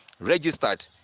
Registered